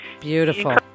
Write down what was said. Beautiful